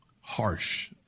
harsh